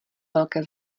velké